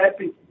happy